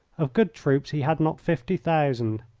of good troops he had not fifty thousand.